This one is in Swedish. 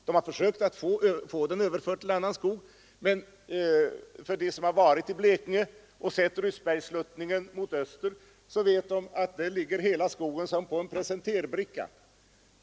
De har försökt få göra det. De som har varit i Blekinge och sett Ryssbergssluttningen mot öster vet att hela skogen där ligger som på en presenterbricka.